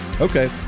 Okay